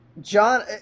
John